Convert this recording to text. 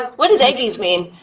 what does aggies mean?